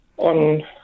on